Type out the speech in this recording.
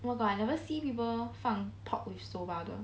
what about I never see people 放 pork with soba 的